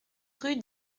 rue